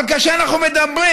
אבל כאשר אנחנו מדברים